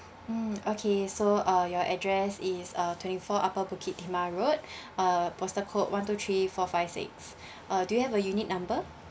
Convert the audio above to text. mm okay so uh your address is uh twenty four upper bukit timah road uh postal code one two three four five six uh do you have a unit number